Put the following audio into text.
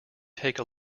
take